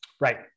Right